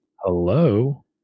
Hello